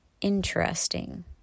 interesting